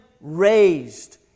raised